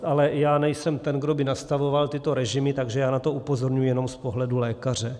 Ale já nejsem ten, kdo by nastavoval tyto režimy, takže já na to upozorňuji jenom z pohledu lékaře.